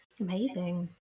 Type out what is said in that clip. Amazing